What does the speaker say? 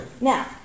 Now